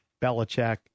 Belichick